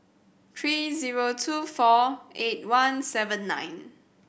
three zero two four eight one seven nine